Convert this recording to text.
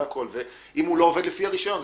אם הוא לא עובד לפי הרשיון,